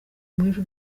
mwinshi